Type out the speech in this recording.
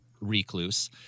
recluse